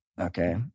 Okay